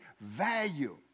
value